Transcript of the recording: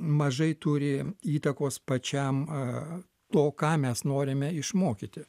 mažai turi įtakos pačiam a to ką mes norime išmokyti